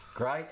Great